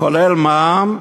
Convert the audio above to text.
כולל מע"מ,